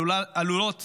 עלולות